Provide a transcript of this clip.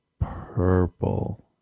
purple